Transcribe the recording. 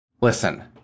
Listen